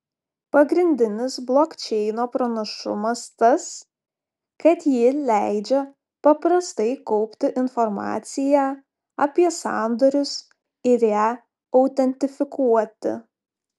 pagrindinis blokčeino pranašumas tas kad ji leidžia paprastai kaupti informaciją apie sandorius ir ją autentifikuoti